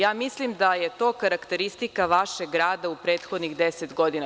Ja mislim da je to karakteristika vašeg rada u prethodnih deset godina.